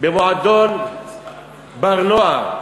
במועדון "בר-נוער".